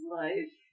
life